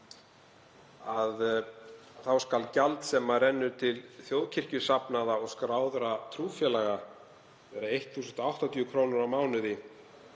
þá skuli gjald sem rennur til þjóðkirkjusafnaða og skráðra trúfélaga vera 1.080 kr. á mánuði